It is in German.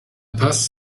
paz